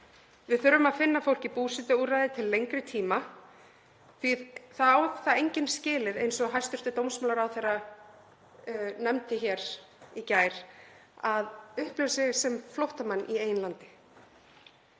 Við þurfum að finna fólki búsetuúrræði til lengri tíma því að það á það enginn skilið, eins og hæstv. dómsmálaráðherra nefndi hér í gær, að upplifa sig sem flóttamann í eigin landi.